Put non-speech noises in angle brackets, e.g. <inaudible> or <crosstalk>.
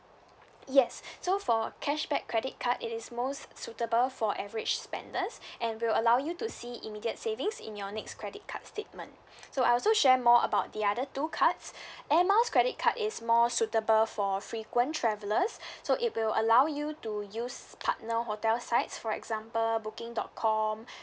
yes <breath> so for cashback credit card it is most suitable for average spenders and will allow you to see immediate savings in your next credit card statement so I'll also share more about the other two cards <breath> air miles credit card is more suitable for frequent travellers <breath> so it will allow you to use partner hotel sites for example booking dot com